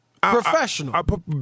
Professional